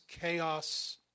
chaos